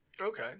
Okay